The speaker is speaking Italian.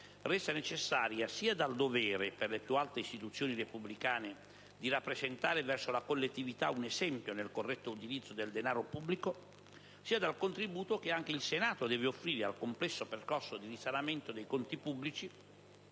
resa necessaria sia dal dovere, per le più alte istituzioni repubblicane, di rappresentare verso la collettività un esempio nel corretto utilizzo del denaro pubblico, sia dal contributo che anche il Senato deve offrire al complesso percorso di risanamento dei conti pubblici,